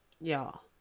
Y'all